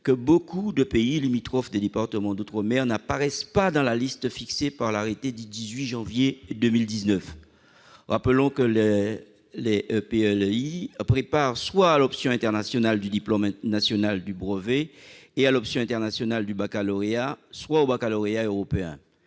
que beaucoup de pays limitrophes des départements d'outre-mer n'apparaissent pas dans la liste fixée par l'arrêté du 18 janvier 2019. Rappelons que les EPLEI préparent soit à l'option internationale du diplôme national du brevet et à l'option internationale du baccalauréat, soit au baccalauréat européen.